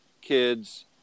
kids